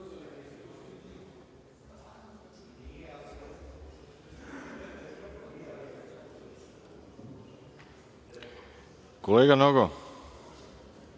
Kolega Nogo,